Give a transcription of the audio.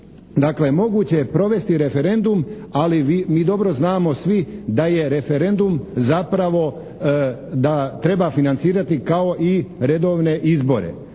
moguće je provesti referendum, ali mi dobro znamo svi da je referendum zapravo, da treba financirati kao i redovne izbore.